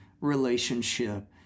relationship